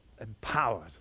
empowered